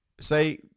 Say